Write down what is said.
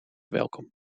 welkom